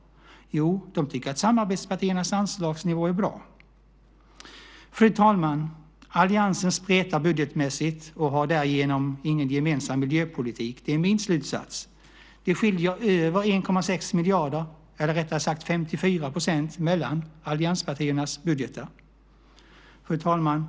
Jo, de tycker att samarbetspartiernas anslagsnivå är bra. Fru talman! Alliansen spretar budgetmässigt och har därigenom ingen gemensam miljöpolitik. Det är min slutsats. Det skiljer över 1,6 miljarder, eller 54 %, mellan allianspartiernas budgetar. Fru talman!